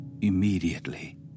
Immediately